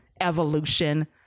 evolution